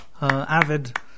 Avid